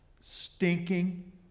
stinking